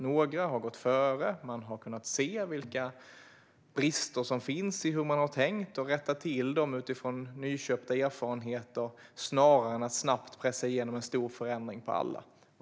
Några har gått före, och man har sett vilka brister som finns, rättat till dem utifrån nyköpta erfarenheter, snarare än att man snabbt har pressat igenom en stor förändring för alla.